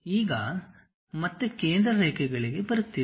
ಈಗ ಮತ್ತೆ ಕೇಂದ್ರ ರೇಖೆಗಳಿಗೆ ಬರುತ್ತಿದೆ